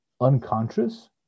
unconscious